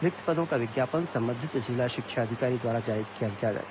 रिक्त पदों का विज्ञापन संबंधित जिला शिक्षा अधिकारी द्वारा जारी किया जाएगा